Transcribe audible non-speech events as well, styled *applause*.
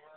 *unintelligible*